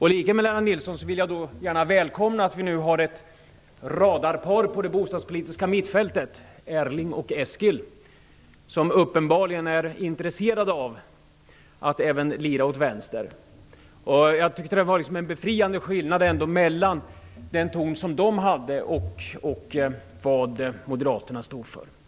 I likhet med Lennart Nilsson vill jag gärna välkomna att vi nu har ett radarpar på det bostadspolitiska mittfältet, Erling och Eskil, som uppenbarligen är intresserade av att även lira åt vänster. Jag tyckte att det var en befriande skillnad mellan den ton som de hade och tonen hos moderaterna.